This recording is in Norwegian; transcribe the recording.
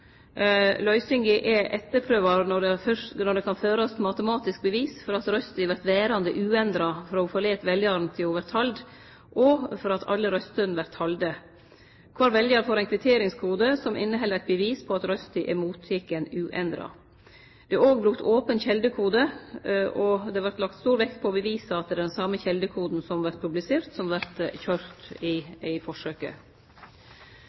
Løysinga er etterprøvbar når det kan førast matematisk bevis for at røysta vert verande uendra frå ho forlèt veljaren til ho vert tald, og for at alle røystene vert talde. Kvar veljar får ein kvitteringskode som inneheld eit bevis på at røysta er motteken uendra. Det er òg brukt open kjeldekode, og det vert lagt stor vekt på å bevise at det er den same kjeldekoden som vert publisert, som vert